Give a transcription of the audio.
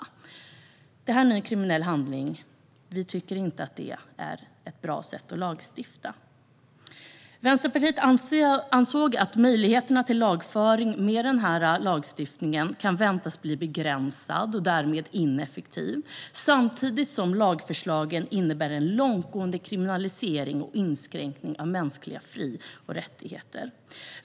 Vi tycker inte att detta är ett bra sätt att lagstifta. Vänsterpartiet ansåg att möjligheterna till lagföring med denna lagstiftning kan väntas bli begränsade och därmed ineffektiva, samtidigt som lagförslagen innebär en långtgående kriminalisering och en inskränkning av mänskliga fri och rättigheter.